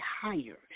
higher